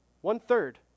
one-third